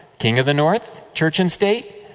king of the north? church and state.